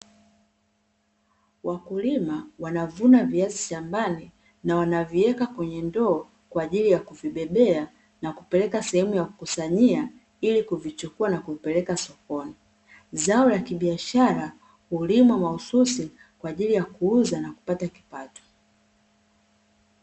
Wakulima wanavuna viazi shambani, na wanaviweka kwenye ndoo kwa ajili ya kuvibebea na kupeleka sehemu ya kukusanyia, ili kuvichukua na kuvipeleka sokoni. Zao la kibiashara hulimwa mahsusi kwa ajili ya kuuzwa na kupata kipato.